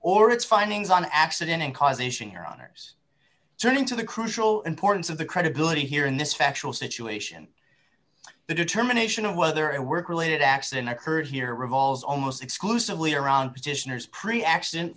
or its findings on accident and causation here honors turning to the crucial importance of the credibility here in this factual situation the determination of whether at work related accident occurred here revolves almost exclusively around petitioners pre accident